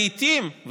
לעיתים,